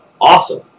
Awesome